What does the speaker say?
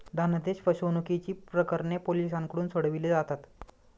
धनादेश फसवणुकीची प्रकरणे पोलिसांकडून सोडवली जातात